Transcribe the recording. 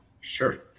Sure